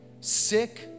sick